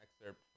excerpt